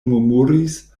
murmuris